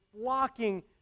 flocking